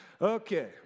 okay